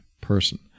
person